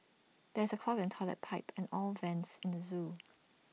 there is A clog in Toilet Pipe and all vents in the Zoo